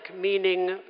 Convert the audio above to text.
meaning